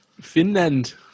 Finland